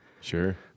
Sure